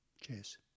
Cheers